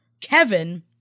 Kevin